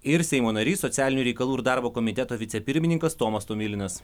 ir seimo narys socialinių reikalų ir darbo komiteto vicepirmininkas tomas tomilinas